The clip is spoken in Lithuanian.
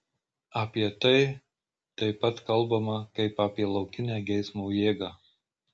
apie tai taip pat kalbama kaip apie laukinę geismo jėgą